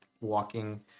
walking